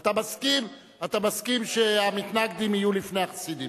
אתה מסכים שהמתנגדים יהיו לפני החסידים.